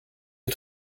ihr